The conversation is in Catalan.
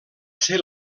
ser